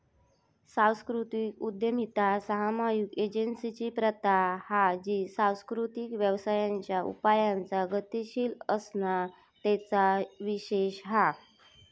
सांस्कृतिक उद्यमिता सामुहिक एजेंसिंची प्रथा हा जी सांस्कृतिक व्यवसायांच्या उपायांचा गतीशील असणा तेचो विशेष हा